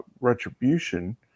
Retribution